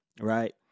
Right